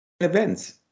events